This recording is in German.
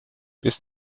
bis